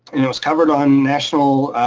and it was covered on national,